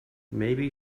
maybe